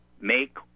make